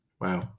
Wow